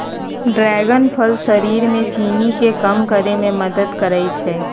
dragon फल शरीर में चीनी के कम करे में मदद करई छई